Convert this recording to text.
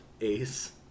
Ace